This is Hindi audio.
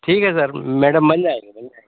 ठीक है सर मैडम बन जाएगा बन जाएगा